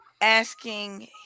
asking